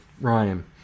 Ryan